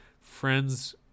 Friends